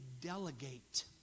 delegate